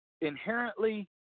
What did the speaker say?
inherently